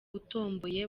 utomboye